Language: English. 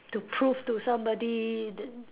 to prove to somebody that